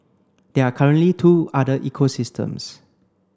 there are currently two other ecosystems